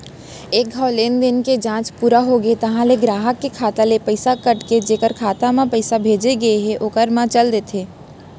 एक घौं लेनदेन के जांच पूरा होथे तहॉं ले गराहक के खाता ले पइसा कट के जेकर खाता म पइसा भेजे गए हे ओकर म चल देथे